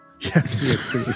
yes